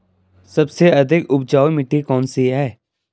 सबसे अधिक उपजाऊ मिट्टी कौन सी है?